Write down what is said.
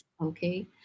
Okay